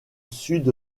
sud